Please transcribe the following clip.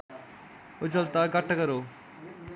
उज्जलता घट्ट करो